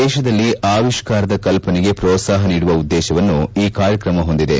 ದೇಶದಲ್ಲಿ ಆವಿಷ್ಕಾರದ ಕಲ್ಪನೆಗೆ ಪ್ರೋತ್ಸಾಹ ನೀಡುವ ಉದ್ದೇಶವನ್ನು ಈ ಕಾರ್ಯಕ್ರಮ ಹೊಂದಿದೆ